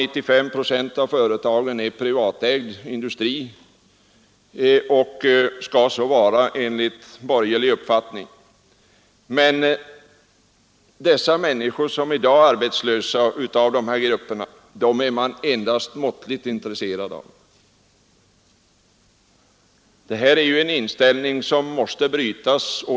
95 procent av företagen tillhör ju kategorien privatägd industri, och så skall också enligt borgerlig uppfattning vara fallet. Men de människor som i dag är arbetslösa är man endast måttligt intresserad av. Det är en inställning som måste brytas.